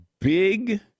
big